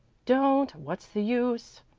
don't! what's the use?